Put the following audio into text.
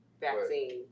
vaccine